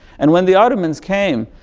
and when the ottoman's came,